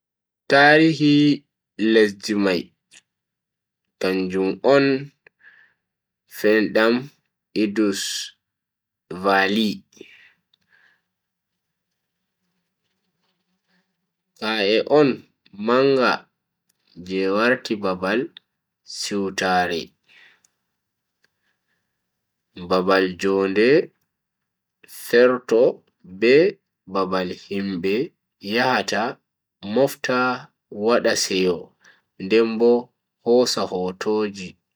Tarihi lesdi mai kanjum on ferndam indus valley. ka'e on manga je warti babal siwtaare, babal njonde ferto be babal himbe yahata mofta wada seyo den Bo hosa hotoji.